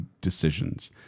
decisions